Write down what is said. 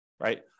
Right